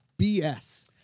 BS